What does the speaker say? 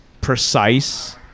precise